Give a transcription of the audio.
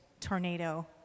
tornado